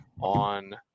on